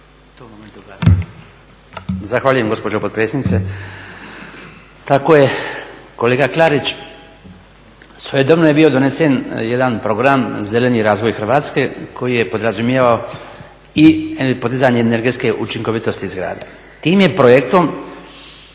Branko (HDZ)** Zahvaljujem gospođo potpredsjednice. Tako je, kolega Klarić, svojedobno je bio donesen jedan program, Zeleni razvoj Hrvatske, koji je podrazumijevao i podizanje energetske učinkovitosti zgrada. Tim je projektom,